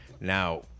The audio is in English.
Now